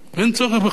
אין צורך בכך.